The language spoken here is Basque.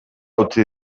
utzi